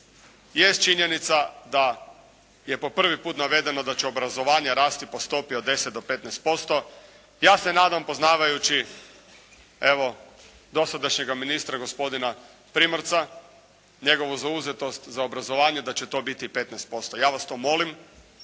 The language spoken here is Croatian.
jest činjenica da je po prvi put navedeno da će obrazovanje rasti po stopi od 10 do 15%. Ja se nadam poznavajući evo dosadašnjega ministra gospodina Primorca, njegovu zauzetost za obrazovanje da će to biti 15%. Ja vas to molim.